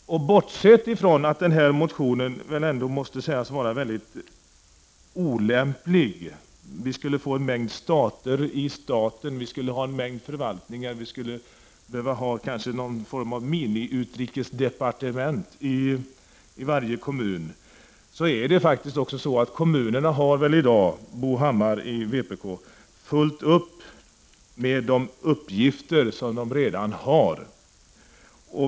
Bortsett från att denna motion måste sägas vara mycket olämplig, på grund av att vi skulle få en mängd stater i staten samt en mängd förvaltningar och kanske skulle behöva ha någon form av miniutrikesdepartement i varje kommun, så har väl kommunerna i dag, Bo Hammar, fullt upp med sina nuvarande uppgifter?